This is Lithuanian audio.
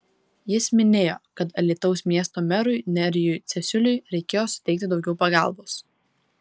jis minėjo kad alytaus miesto merui nerijui cesiuliui reikėjo suteikti daugiau pagalbos